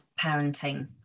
parenting